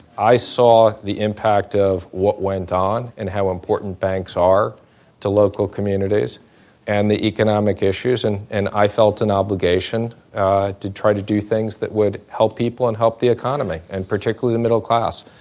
i saw the impact of what went on and how important banks are to local communities and the economic issues. and and i felt an obligation to try to do things that would help people and help the economy and particularly the middle class.